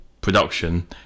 production